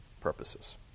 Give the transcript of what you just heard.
purposes